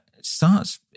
starts